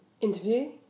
Interview